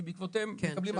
שבעקבותיהם מקבלים החלטה.